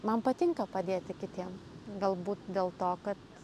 man patinka padėti kitiem galbūt dėl to kad